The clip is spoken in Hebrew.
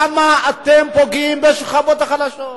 למה אתם פוגעים בשכבות החלשות?